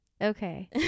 Okay